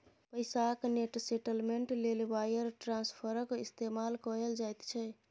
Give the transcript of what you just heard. पैसाक net settlement लेल wire ट्रांस्फरक इस्तेमाल कएल जाइत छै